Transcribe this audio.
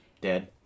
dead